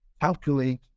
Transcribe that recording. calculate